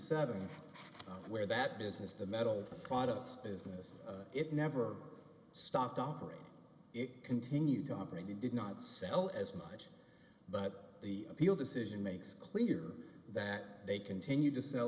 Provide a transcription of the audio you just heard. seven where that business the metal products business it never stopped operating it continued to operate it did not sell as much but the appeal decision makes clear that they continued to sell